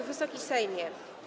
Wysoki Sejmie!